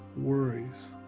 worries